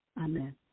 Amen